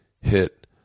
hit